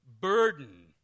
burden